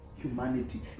Humanity